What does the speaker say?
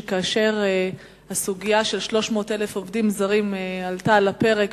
שכאשר הסוגיה של 300,000 עובדים זרים עלתה על הפרק,